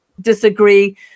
disagree